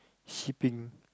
shipping